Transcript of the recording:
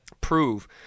prove